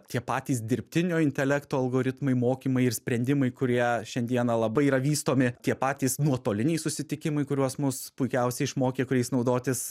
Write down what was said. tie patys dirbtinio intelekto algoritmai mokymai ir sprendimai kurie šiandieną labai yra vystomi tie patys nuotoliniai susitikimai kuriuos mus puikiausiai išmokė kuriais naudotis